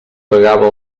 pagava